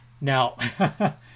Now